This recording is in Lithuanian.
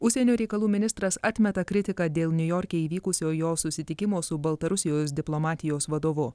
užsienio reikalų ministras atmeta kritiką dėl niujorke įvykusio jo susitikimo su baltarusijos diplomatijos vadovu